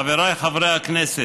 חבריי חברי הכנסת,